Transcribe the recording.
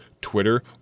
Twitter